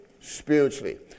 spiritually